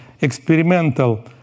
experimental